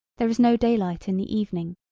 there is no daylight in the evening,